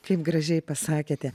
kaip gražiai pasakėte